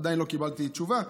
עדיין לא קיבלתי תשובה.